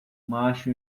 macho